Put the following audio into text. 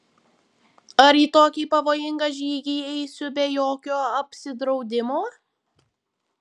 ar į tokį pavojingą žygį eisiu be jokio apsidraudimo